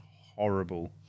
horrible